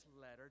letter